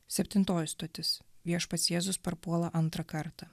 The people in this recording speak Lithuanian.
septintoji stotis viešpats jėzus parpuola antrą kartą